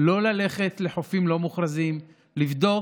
לא ללכת לחופים לא מוכרזים ולבדוק